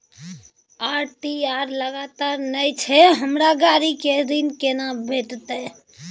ITR लगातार नय छै हमरा गाड़ी के ऋण केना भेटतै?